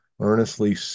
earnestly